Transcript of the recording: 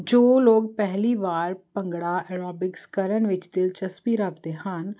ਜੋ ਲੋਕ ਪਹਿਲੀ ਵਾਰ ਭੰਗੜਾ ਐਰੋਬਿਕਸ ਕਰਨ ਵਿੱਚ ਦਿਲਚਸਪੀ ਰੱਖਦੇ ਹਨ